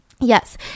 Yes